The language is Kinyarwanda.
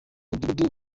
mudugudu